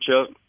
Chuck